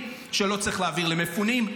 שלא צריך להעביר למפונים.